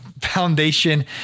foundation